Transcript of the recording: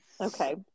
Okay